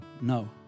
no